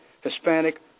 Hispanic